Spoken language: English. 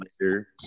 later